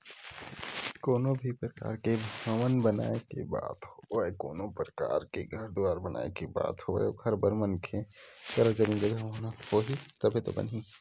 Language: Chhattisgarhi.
कोनो भी परकार के भवन बनाए के बात होवय कोनो परकार के घर दुवार बनाए के बात होवय ओखर बर मनखे करा जमीन जघा होही तभे तो बनही